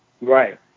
Right